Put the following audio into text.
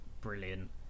brilliant